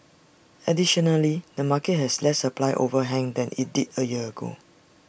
additionally the market has less supply overhang than IT did A year ago